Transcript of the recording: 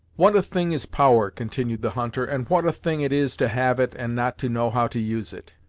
what a thing is power! continued the hunter, and what a thing it is to have it, and not to know how to use it.